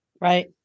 Right